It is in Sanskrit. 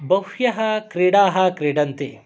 बह्व्यः क्रीडाः क्रीडन्ति